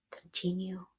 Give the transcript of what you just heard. Continue